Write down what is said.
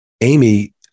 Amy